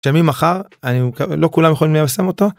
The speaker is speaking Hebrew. שממחר אני... לא כולם יכולים ליישם אותו.